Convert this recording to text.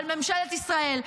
של ממשלת ישראל,